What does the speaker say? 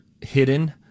hidden